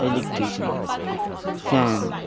electrician fan